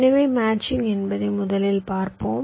எனவே மேட்சிங் என்பதை முதலில் பார்ப்போம்